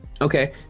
okay